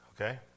okay